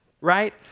right